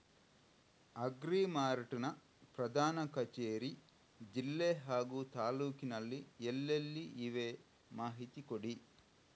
Agri Mart ನ ಪ್ರಧಾನ ಕಚೇರಿ ಜಿಲ್ಲೆ ಹಾಗೂ ತಾಲೂಕಿನಲ್ಲಿ ಎಲ್ಲೆಲ್ಲಿ ಇವೆ ಮಾಹಿತಿ ಕೊಡಿ?